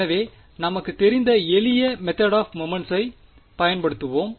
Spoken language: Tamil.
எனவே நமக்குத் தெரிந்த எளிய மெதேட் ஆப் மொமெண்ட்ஸை பயன்படுத்துவோம்